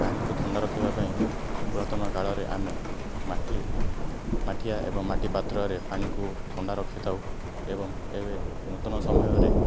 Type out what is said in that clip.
ପାଣିକୁ ଥଣ୍ଡା ରଖିବା ପାଇଁ ପୁରାତନ କାଳରେ ଆମେ ମାଟି ମାଠିଆ ଏବଂ ମାଟି ପାତ୍ରରେ ପାଣିକୁ ଥଣ୍ଡା ରଖିଥାଉ ଏବଂ ଏବେ ନୂତନ ସମୟରେ